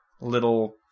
little